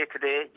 today